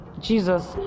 Jesus